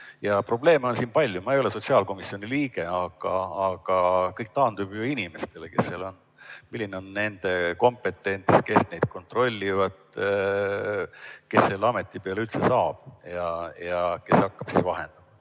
Probleeme on siin palju, ma ei ole sotsiaalkomisjoni liige, aga kõik taandub inimestele, kes seal on. Milline on nende kompetents, kes neid kontrollivad, kes selle ameti peale üldse saab ja kes hakkab seal vahendama.